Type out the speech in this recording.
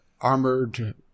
armored